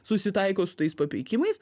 susitaiko su tais papeikimais